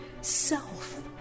self